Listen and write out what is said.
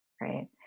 Right